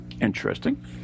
interesting